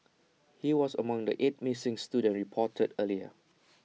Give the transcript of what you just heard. he was among the eight missing students reported earlier